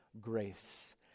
grace